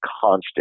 constant